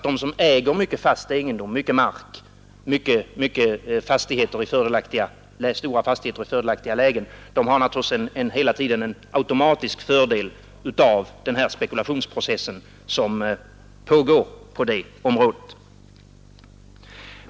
De som äger mycket mark och stora fastigheter i fördelaktiga lägen har naturligtvis hela tiden en automatisk fördel av den spekulationsprocess som pågår på det området.